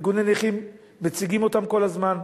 וארגוני נכים מציגים אותם כל הזמן,